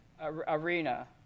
arena